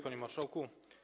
Panie Marszałku!